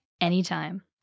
anytime